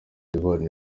d’ivoire